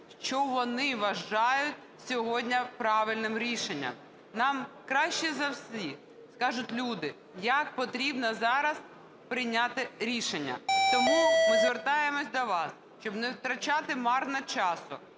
що вони вважають сьогодні правильним рішення. Нам краще за всіх скажуть люди, як потрібно зараз прийняти рішення. Тому ми звертаємося до вас, щоби не втрачати марно часу,